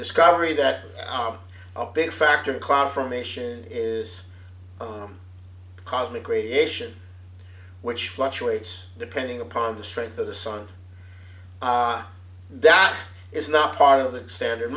discovery that our big factor confirmation is cosmic radiation which fluctuates depending upon the strength of the sun that is not part of the standard